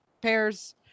pairs